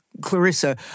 Clarissa